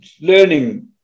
learning